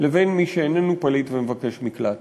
לבין מי שאיננו פליט ומבקש מקלט.